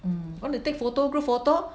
mm want to take photo group photo